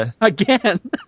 again